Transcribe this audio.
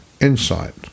insight